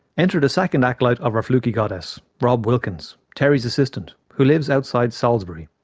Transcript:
enter the second acolyte of our flukey goddess. rob wilkins. terry's assistant. who lives outside salisbury.